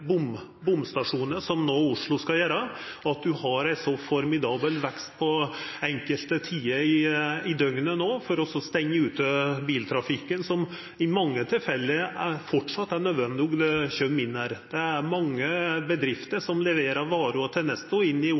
fysiske bomstasjonar som no Oslo skal gjera, og at ein har ein så formidabel vekst på enkelte tider i døgnet no, for å stengja ute biltrafikken som det i mange tilfelle fortsatt er nødvendig at kjem inn her. Det er mange bedrifter som leverer varer og tenester inn til